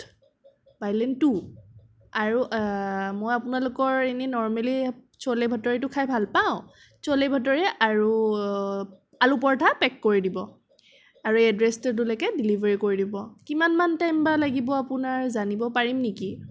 bylane two আৰু মই আপোনালোকৰ এনে নৰ্মেলি ছ'লে ভ'টৌৰেটো খাই ভাল পাওঁ ছৌলে ভ'টৌৰে আৰু আলু পৰঠা পেক কৰি দিব আৰু এই এড্ৰেছটোলৈকে ডিলিভাৰী কৰি দিব কিমান মান টাইম বা লাগিব আপোনাৰ জানিব পাৰিম নেকি